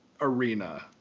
arena